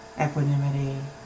equanimity